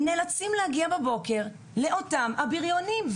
אחר והם נאלצים להגיע בבוקר לאותם בריונים.